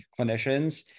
clinicians